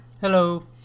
Hello